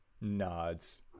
nods